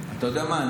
אתה יודע מה,